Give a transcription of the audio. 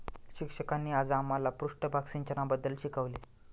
शिक्षकांनी आज आम्हाला पृष्ठभाग सिंचनाबद्दल शिकवले